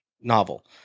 novel